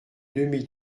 demi